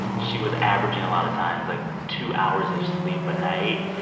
she was averaging, a lot of times, like, two hours of sleep a night.